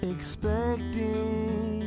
Expecting